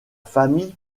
famille